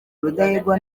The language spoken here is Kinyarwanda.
rudahigwa